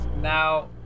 Now